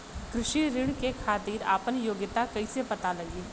कृषि ऋण के खातिर आपन योग्यता कईसे पता लगी?